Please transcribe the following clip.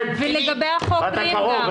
ולגבי החוקרים גם.